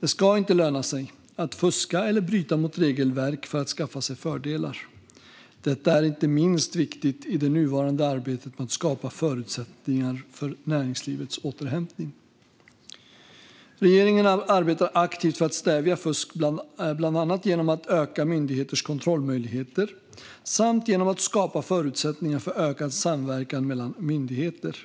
Det ska inte löna sig att fuska eller bryta mot regelverk för att skaffa sig fördelar. Detta är inte minst viktigt i det nuvarande arbetet med att skapa förutsättningar för näringslivets återhämtning. Regeringen arbetar aktivt för att stävja fusk, bland annat genom att öka myndigheters kontrollmöjligheter samt genom att skapa förutsättningar för ökad samverkan mellan myndigheter.